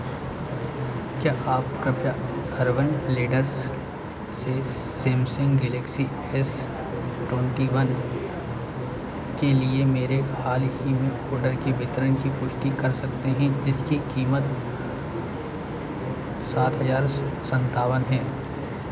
क्या आप कृपया अर्बन लैडर से Samsung Galaxy S twenty one के लिए मेरे हाल ही में ऑर्डर के वितरण की पुष्टि कर सकते हैं जिसकी कीमत सात हज़ार संतावन है